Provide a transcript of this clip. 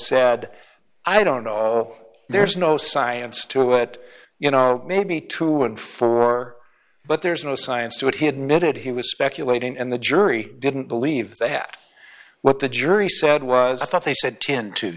said i don't know there's no science to it you know maybe two and four but there's no science to it he admitted he was speculating and the jury didn't believe they had what the jury said was i thought they said ten to